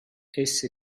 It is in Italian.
essi